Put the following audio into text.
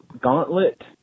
Gauntlet